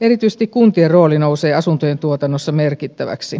erityisesti kuntien rooli nousee asuntojen tuotannossa merkittäväksi